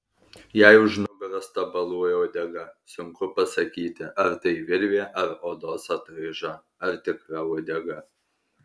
jai už nugaros tabaluoja uodega sunku pasakyti ar tai virvė ar odos atraiža ar tikra uodega